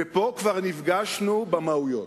ופה כבר נפגשנו במהויות,